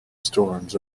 storms